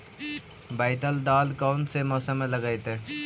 बैतल दाल कौन से मौसम में लगतैई?